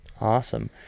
Awesome